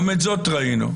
גם את זאת ראינו.